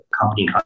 company